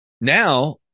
Now